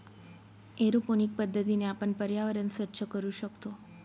aeroponic पद्धतीने आपण पर्यावरण स्वच्छ करू शकतो